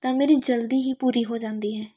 ਤਾਂ ਮੇਰੀ ਜਲਦੀ ਹੀ ਪੂਰੀ ਹੋ ਜਾਂਦੀ ਹੈ